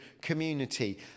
community